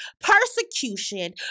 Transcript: persecution